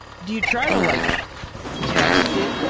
do you try to like test it?